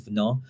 no